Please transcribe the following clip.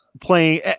playing